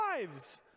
lives